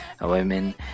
Women